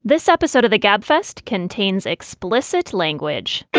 this episode of the gabfest contains explicit language